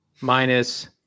minus